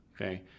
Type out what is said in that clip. Okay